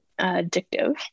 addictive